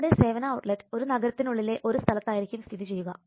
നമ്മുടെ സേവന ഔട്ട്ലെറ്റ് ഒരു നഗരത്തിനുള്ളിലെ ഒരു സ്ഥലത്തായിരിക്കും സ്ഥിതി ചെയ്യുക